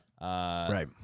right